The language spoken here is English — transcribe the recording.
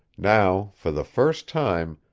now, for the first time,